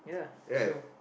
right